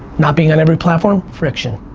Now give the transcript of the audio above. not being on every platform, friction.